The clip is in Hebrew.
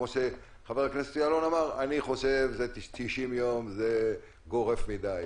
כמו שחבר הכנסת יעלון אמר: אני חושב ש-90 יום גורף מדיי,